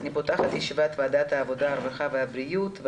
אני פותחת את ישיבת ועדת העבודה, הרווחה והבריאות.